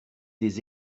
des